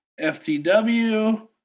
FTW